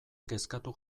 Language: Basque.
kezkatu